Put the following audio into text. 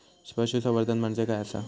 पशुसंवर्धन म्हणजे काय आसा?